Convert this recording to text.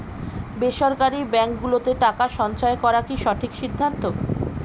বেসরকারী ব্যাঙ্ক গুলোতে টাকা সঞ্চয় করা কি সঠিক সিদ্ধান্ত?